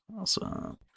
Awesome